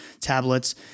tablets